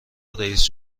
رئیس